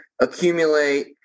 accumulate